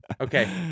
Okay